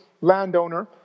landowner